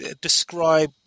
describe